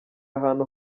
ahantu